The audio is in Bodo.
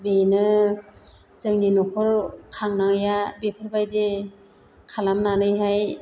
बेनो जोंनि न'खर खांनाया बेफोरबायदि खालामनानैहाय